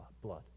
blood